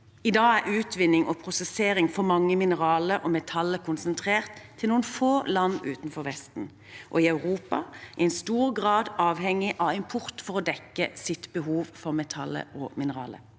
I dag er utvinning og prosessering for mange mineraler og metaller konsentrert til noen få land utenfor Vesten, og i Europa er en i stor grad avhengig av import for å dekke sitt behov for metaller og mineraler.